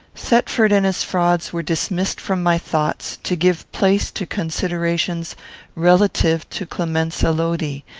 thetford and his frauds were dismissed from my thoughts, to give place to considerations relative to clemenza lodi,